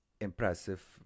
impressive